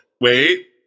Wait